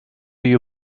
you